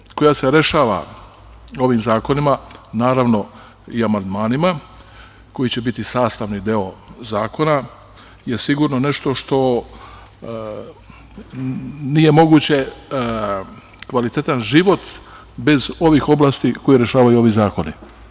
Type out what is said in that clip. Oblast koja se rešava ovim zakonima, naravno i amandmanima, koji će biti sastavni deo zakona, je sigurno nešto što nije moguće kvalitetan život bez ovih oblasti koje rešavaju ovi zakoni.